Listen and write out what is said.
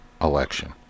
election